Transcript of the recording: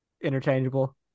interchangeable